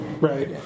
right